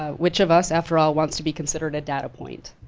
ah which of us, after all, wants to be considered a data point?